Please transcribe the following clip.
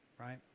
Right